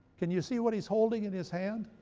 can you see what he's holding in his hand?